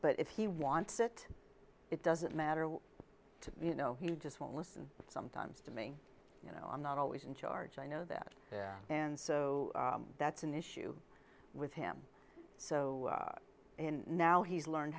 but if he wants it it doesn't matter to you know he just won't listen sometimes to me you know i'm not always in charge i know that and so that's an issue with him so in now he's learned